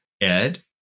Ed